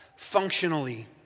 functionally